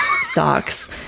socks